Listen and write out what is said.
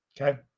okay